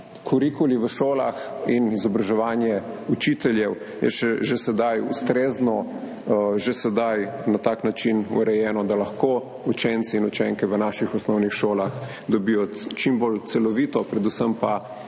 Kurikuli v šolah in izobraževanje učiteljev so že sedaj ustrezni, že sedaj na tak način urejeni, da lahko učenci in učenke v naših osnovnih šolah dobijo čim bolj celovito, predvsem pa